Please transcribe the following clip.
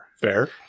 Fair